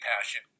passion